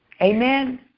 Amen